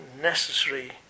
necessary